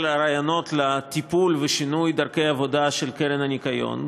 הרעיונות לטיפול ושינוי דרכי העבודה של הקרן לשמירת הניקיון,